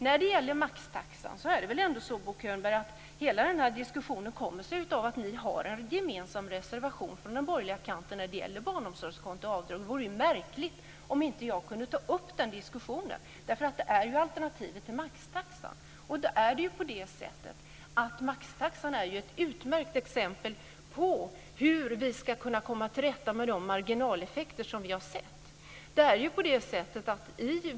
När det gäller maxtaxan är det väl så, Bo Könberg, att hela den här diskussionen kommer sig av att ni på den borgerliga kanten har en gemensam reservation om barnomsorgskonto och avdrag. Det vore märkligt om jag inte kunde ta upp den diskussionen - det är ju alternativet till maxtaxan. Maxtaxan är ett utmärkt exempel på hur vi ska kunna komma till rätta med de marginaleffekter som vi har sett.